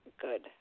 good